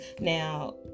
now